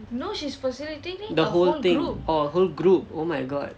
the whole thing orh whole group oh my god